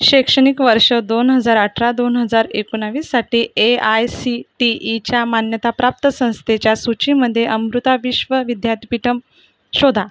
शैक्षणिक वर्ष दोन हजार अठरा दोन हजार एकोणवीससाठी ए आय सी टी ईच्या मान्यताप्राप्त संस्थेच्या सूचीमध्ये अमृता विश्व विद्यार्थीपीठम् शोधा